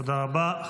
תודה רבה.